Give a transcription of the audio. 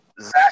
Zach